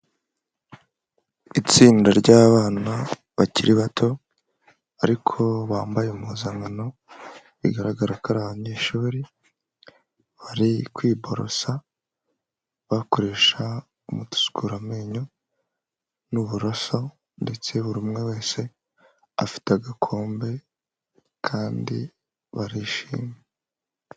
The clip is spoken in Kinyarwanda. Itsinda ry'abana bakiri bato ariko bambaye impuzankano bigaragara ko ari abanyeshuri bari kwiborosa bakoresha umuti usukura amenyo n'uburoso ndetse buri umwe wese afite agakombe kandi barishima.